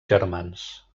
germans